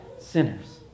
sinners